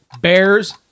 Bears